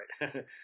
right